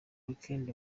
weekend